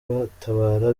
kubatabara